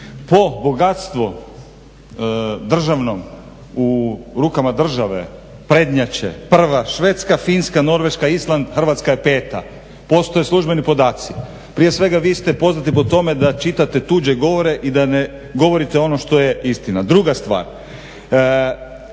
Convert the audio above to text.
Po bogatstvu državnom u rukama države prednjače prva Švedska, Finska, Norveška, Island, Hrvatska je peta. Postoje službeni podaci. Prije svega vi ste poznati po tome da čitate tuđe govore i da ne govorite ono što je istina. Druga stvar,